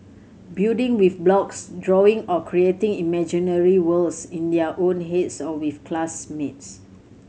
building with blocks drawing or creating imaginary worlds in their own heads or with classmates